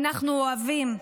אנחנו אוהבים,